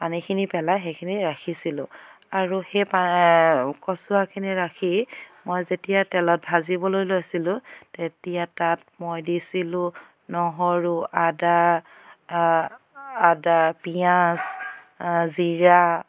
পানীখিনি পেলাই সেইখিনি ৰাখিছিলোঁ আৰু সেই কচু শাকখিনি ৰাখি মই যেতিয়া তেলত ভাজিবলৈ লৈছিলোঁ তেতিয়া তাত মই দিছিলোঁ নহৰু আদা আদা পিয়াঁজ জিৰা